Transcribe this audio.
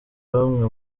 bamwe